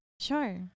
Sure